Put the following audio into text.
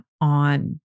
on